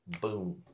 boom